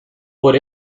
por